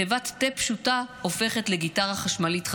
תיבת תה פשוטה הופכת לגיטרה חשמלית חדשה,